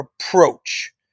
approach